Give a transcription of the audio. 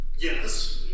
Yes